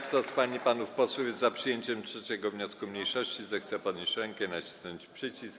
Kto z pań i panów posłów jest za przyjęciem 3. wniosku mniejszości, zechce podnieść rękę i nacisnąć przycisk.